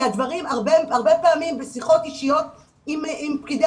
הרבה פעמים בשיחות אישיות עם פקידי